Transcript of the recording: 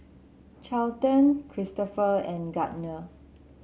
Charlton Christopher and Gardner